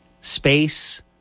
Space